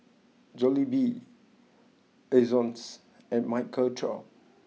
Jollibee Ezion's and Michael Trio